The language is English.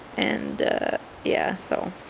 and yeah, so